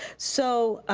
so.